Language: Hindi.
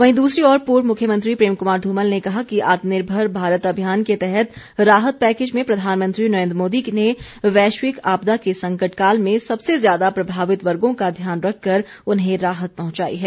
वहीं दूसरी ओर पूर्व मुख्यमंत्री प्रेम क्मार धूमल ने कहा कि आत्मनिर्भर भारत अभियान के तहत राहत पैकेज में प्रधानमंत्री नरेंद्र मोदी ने वैश्विक आपदा के संकट काल में सबसे ज्यादा प्रभावित वर्गों का ध्यान रखकर उन्हें राहत पहुंचाई है